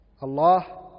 Allah